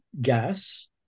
gas